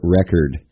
record